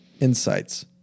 Insights